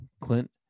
Clint